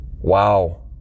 Wow